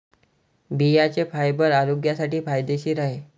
बियांचे फायबर आरोग्यासाठी फायदेशीर आहे